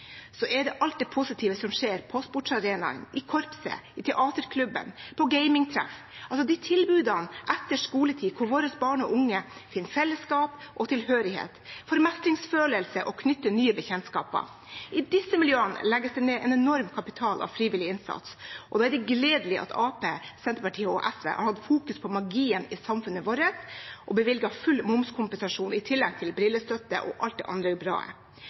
så er det alt det positive som skjer på sportsarenaen, i korpset, i teaterklubben, på gamingtreff – altså tilbudene etter skoletid, der våre barn og unge finner fellesskap og tilhørighet, for mestringsfølelse og for å knytte nye bekjentskaper. I disse miljøene legges det ned en enorm kapital av frivillig innsats, og da er det gledelig at Arbeiderpartiet, Senterpartiet og SV har hatt fokus på magien i samfunnet vårt og bevilget full momskompensasjon, i tillegg til brillestøtte og alt det andre som er